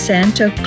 Santa